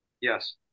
Yes